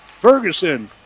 Ferguson